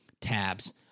tabs